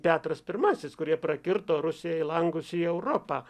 petras pirmasis kurie prakirto rusijai langus į europą